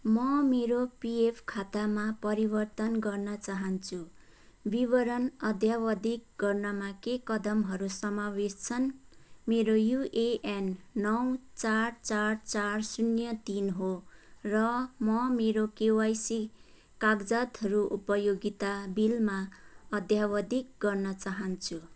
म मेरो पिएफ खातामा परिवर्तन गर्न चाहन्छु विवरण अद्यावधिक गर्नमा के कदमहरू समावेश छन् मेरो युएएन नौ चार चार चार शून्य तिन हो र म मेरो केवाइसी कागजातहरू उपयोगिता बिलमा अद्यावधिक गर्न चाहन्छु